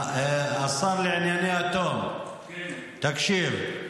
השר לענייני אטום, תקשיב.